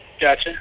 Gotcha